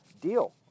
Deal